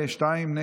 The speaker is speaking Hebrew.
שניים,